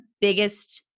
biggest